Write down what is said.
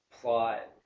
plot